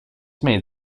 made